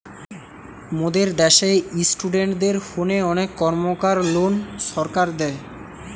মোদের দ্যাশে ইস্টুডেন্টদের হোনে অনেক কর্মকার লোন সরকার দেয়